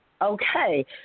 Okay